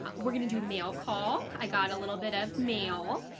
we're gonna do mail call. i got a little bit of mail,